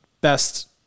best